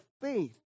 faith